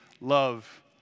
love